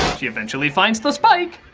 she eventually finds the spike.